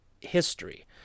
history